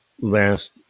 last